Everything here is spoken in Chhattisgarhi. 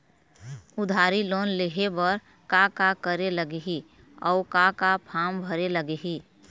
उधारी लोन लेहे बर का का करे लगही अऊ का का फार्म भरे लगही?